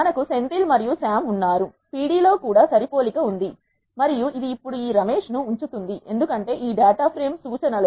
మనకు సెంథిల్ మరియు సామ్ ఉన్నారు p d లో కూడా సరి పోలిక ఉంది మరియు ఇది ఇప్పుడు ఈ రమేశ్ ను ఉంచుతుంది ఎందుకంటే ఈ డేటా ఫ్రేమ్ సూచన లు